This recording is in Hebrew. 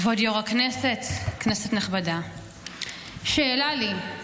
כבוד יו"ר הישיבה, כנסת נכבדה, שאלה לי: